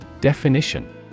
Definition